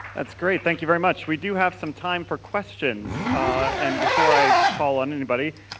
that's great. thank you very much. we do have some time for questions and before i call on anybody,